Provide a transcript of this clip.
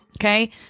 Okay